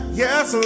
yes